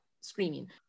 screaming